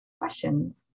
questions